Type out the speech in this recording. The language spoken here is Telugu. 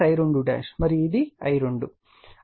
మరియు ఇది I2